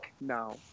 now